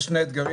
יש שני אתגרים,